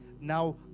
Now